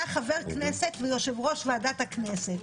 אתה חבר כנסת ויושב-ראש ועדת הכנסת,